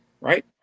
right